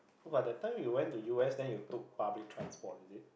but that time you went to u_s then you took public transport is it